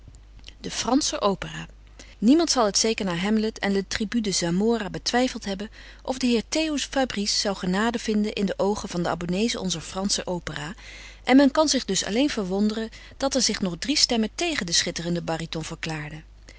de fransche opera niemand zal het zeker na hamlet en le tribut de zamora betwijfeld hebben of de heer theo fabrice zou genade vinden in de oogen van de abonné's onzer fransche opera en men kan zich dus alleen verwonderen dat er zich nog drie stemmen tegen den schitterenden baryton verklaarden